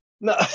No